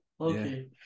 Okay